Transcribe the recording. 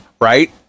right